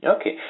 Okay